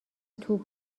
توپ